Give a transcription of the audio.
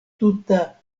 tuta